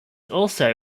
also